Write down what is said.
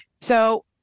So-